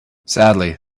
sadly